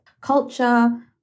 Culture